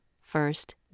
first